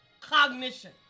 cognition